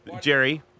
Jerry